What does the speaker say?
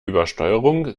übersteuerung